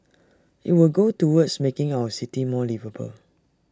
IT will go towards making our city more liveable